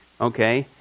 okay